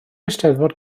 eisteddfod